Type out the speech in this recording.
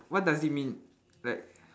what does it mean like